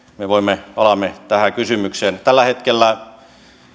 me palaamme tähän kysymykseen tällä hetkellä